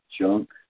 junk